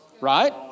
Right